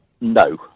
No